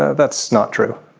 ah that's not true.